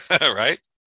Right